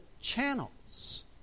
channels